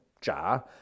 jar